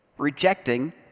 rejecting